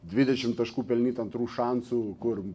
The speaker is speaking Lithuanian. dvidešimt taškų pelnyti antrų šansų kur